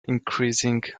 increasing